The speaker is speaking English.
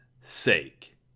sake